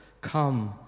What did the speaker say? Come